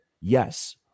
Yes